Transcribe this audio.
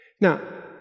Now